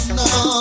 no